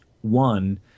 one